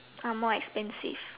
are more expensive